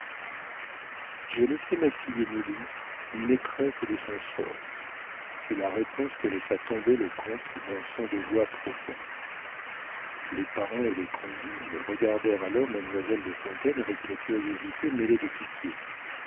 j'ai laissé ma fille émilie maîtresse de son sort fut la réponse que laissa tomber le comte d'un son de voix profond les parents et les convives regardèrent alors mademoiselle de fontaine avec une curiosité mêlée de pitié